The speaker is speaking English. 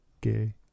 Gay